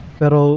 pero